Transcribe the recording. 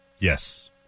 Yes